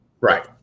Right